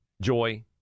joy